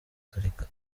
gatolika